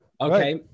Okay